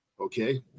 Okay